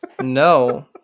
No